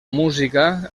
música